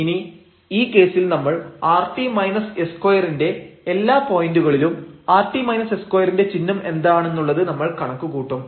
ഇനി ഈ കേസിൽ നമ്മൾ rt s2 ന്റെ എല്ലാ പോയന്റുകളിലും rt s2 ന്റെ ചിഹ്നം എന്താണെന്നുള്ളത് നമ്മൾ കണക്ക് കൂട്ടും